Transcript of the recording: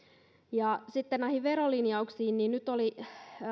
ja sitten näihin verolinjauksiin nyt oli